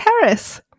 Harris